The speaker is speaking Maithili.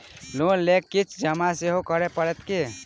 लोन लेल किछ जमा सेहो करै पड़त की?